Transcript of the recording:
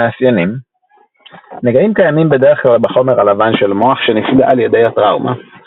מאפיינים נגעים קיימים בדרך כלל בחומר הלבן של מוח שנפגע על ידי הטראומה;